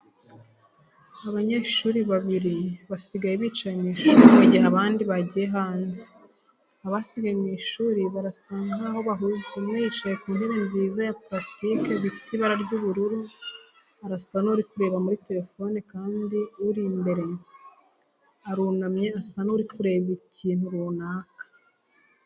Abanyeshuri babiri basigaye bicaye mu ishuri mu gihe abandi bagiye hanze, abasigaye mu ishuri barasa n'aho abhuze umwe wicaye nu ntebe nziza za purasitike zifite ibara ry'ubururu arasa n'uri kureba muri terefone kandi uri imbere arunamye asa n'uri kureba ikintu runaka.